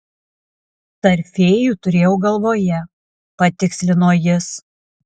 tarp fėjų turėjau galvoje patikslino jis